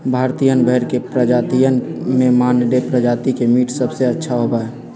भारतीयन भेड़ के प्रजातियन में मानदेय प्रजाति के मीट सबसे अच्छा होबा हई